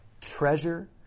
Treasure